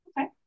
okay